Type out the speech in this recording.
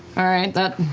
all right, that,